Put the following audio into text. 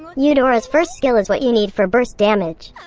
eudora's first skill is what you need for burst damage.